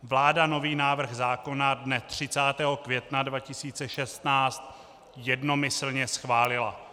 Vláda nový návrh zákona dne 30. května 2016 jednomyslně schválila.